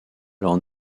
leurs